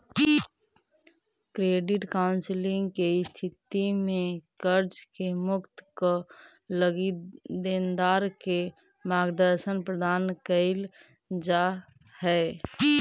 credit counselling के स्थिति में कर्ज से मुक्ति क लगी देनदार के मार्गदर्शन प्रदान कईल जा हई